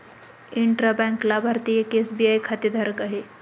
intra bank लाभार्थी एक SBI खातेधारक आहे